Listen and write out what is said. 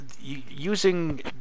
using